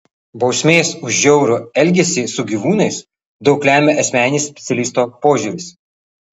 bausmės už žiaurų elgesį su gyvūnais daug lemia asmeninis specialisto požiūris